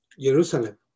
Jerusalem